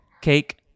cake